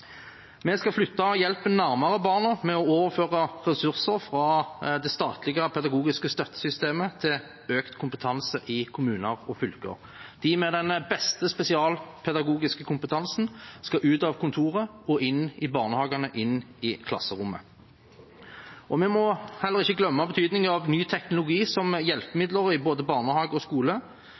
Vi skal flytte hjelpen nærmere barna ved å overføre ressurser fra det statlige pedagogiske støttesystemet til økt kompetanse i kommuner og fylker. De med den beste spesialpedagogiske kompetansen skal ut av kontoret og inn i barnehager og klasserom. Vi må heller ikke glemme betydningen av ny teknologi som hjelpemiddel i både barnehage og skole.